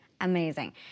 Amazing